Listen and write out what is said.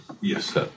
Yes